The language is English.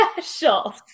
special